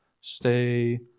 stay